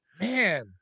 Man